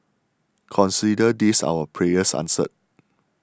consider this our prayers answered